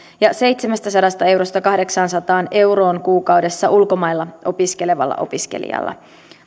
ja seitsemästäsadasta eurosta kahdeksaansataan euroon kuukaudessa ulkomailla opiskelevalla opiskelijalla